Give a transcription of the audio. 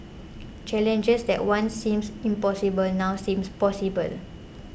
challenges that once seemed impossible now seem possible